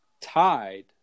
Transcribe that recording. tied